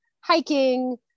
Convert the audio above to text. hiking